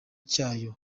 cyayo